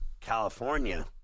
California